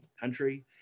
country